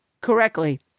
correctly